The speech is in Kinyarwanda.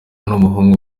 n’umuhungu